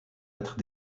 être